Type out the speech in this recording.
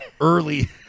early